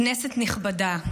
כנסת נכבדה,